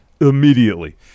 immediately